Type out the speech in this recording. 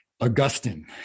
Augustine